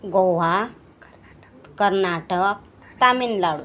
Goa Karnataka Tamil Nadu